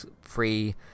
free